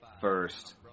First